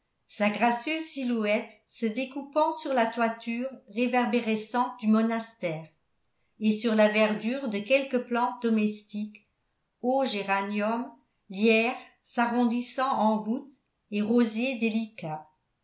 sa gracieuse silhouette se découpant sur la toiture réverbérescente du monastère et sur la verdure de quelques plantes domestiques hauts géraniums lierre s'arrondissant en voûte et rosiers délicats